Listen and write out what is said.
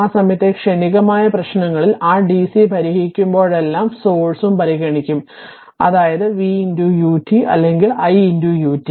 ആ സമയത്തെ ക്ഷണികമായ പ്രശ്നങ്ങളിൽ ആ DC പരിഹരിക്കുമ്പോഴെല്ലാം സോഴ്സും പരിഗണിക്കും അതായത് v ut അല്ലെങ്കിൽ i ut